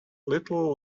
little